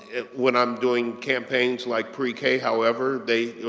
and when i'm doing campaigns like pre-k. however, they,